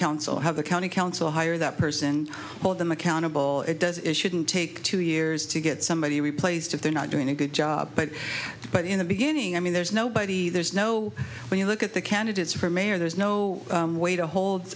council have the county council hire that person hold them accountable it does it shouldn't take two years to get somebody replaced if they're not doing a good job but but in the beginning i mean there's nobody there's no when you look at the candidates for mayor there's no way to hold